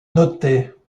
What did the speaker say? noter